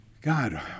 God